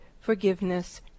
forgiveness